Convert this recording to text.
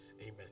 Amen